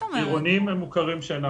עירוניים הם מוכרים שאינם רשמיים.